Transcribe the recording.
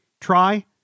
try